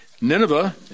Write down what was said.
Nineveh